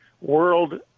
World